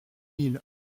mille